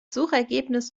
suchergebnis